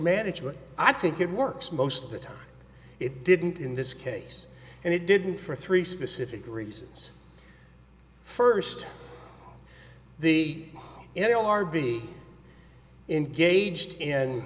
management i think it works most of the time it didn't in this case and it didn't for three specific reasons first the n l r b in gauged in